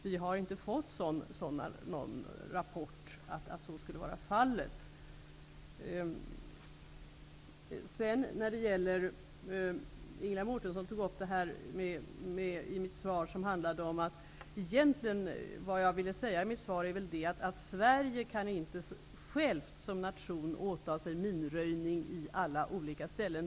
Vi har inte fått någon rapport om att svenska minor skulle ha påträffats. Sedan till Ingela Mårtenssons fråga. Vad jag egentligen ville säga i mitt svar var att Sverige inte självt som nation kan åta sig minröjning på alla olika ställen.